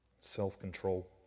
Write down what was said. self-control